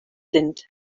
sind